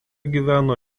gyveno